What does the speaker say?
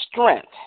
strength